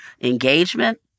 engagement